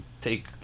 take